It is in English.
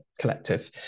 collective